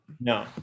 No